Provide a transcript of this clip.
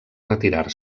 retirar